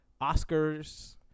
Oscars